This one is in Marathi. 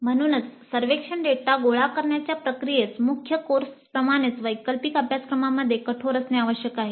म्हणूनच सर्वेक्षण डेटा गोळा करण्याच्या प्रक्रियेस मुख्य कोर्सप्रमाणेच वैकल्पिक अभ्यासक्रमांसारखे कठोर असणे आवश्यक आहे